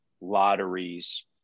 lotteries